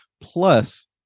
plus